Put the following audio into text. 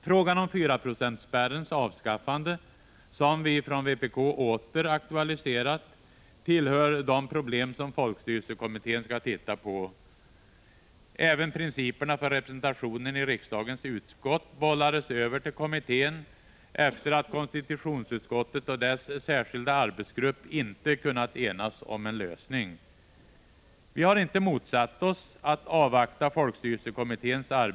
Frågan om 4-procentsspärrens avskaffande, som vi från vpk åter har aktualiserat, tillhör de problem folkstyrelsekommittén skall titta på. Även principerna för representationen i riksdagens utskott bollades över till kommittén efter att konstitutionsutskottet och dess särskilda arbetsgrupp inte kunnat enas om en lösning. Vi har inte motsatt oss att även när det gäller 137 Prot.